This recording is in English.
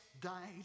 died